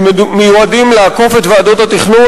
שמיועדים לעקוף את ועדות התכנון.